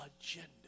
agenda